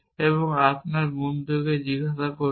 আপনি আপনার বন্ধুকে জিজ্ঞাসা করুন